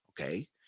okay